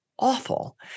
Awful